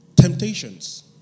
Temptations